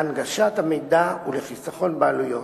להנגשת המידע ולחיסכון בעלויות.